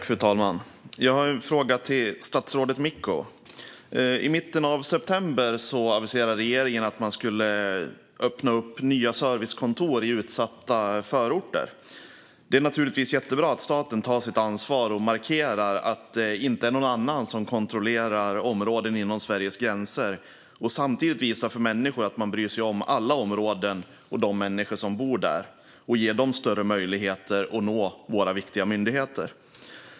Fru talman! Jag har en fråga till statsrådet Micko. I mitten av september aviserade regeringen att man skulle öppna nya servicekontor i utsatta förorter. Det är naturligtvis jättebra att staten tar sitt ansvar och markerar att det inte är någon annan som kontrollerar områden inom Sveriges gränser och att man samtidigt visar att man bryr sig om alla områden och de människor som bor där och ger dem större möjligheter att nå våra viktiga myndigheter.